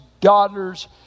daughters